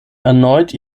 erneut